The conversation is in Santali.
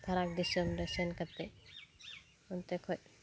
ᱯᱷᱟᱨᱟᱠ ᱫᱤᱥᱚᱢᱨᱮ ᱥᱮᱱ ᱠᱟᱛᱮ ᱚᱱᱛᱮ ᱠᱷᱚᱡ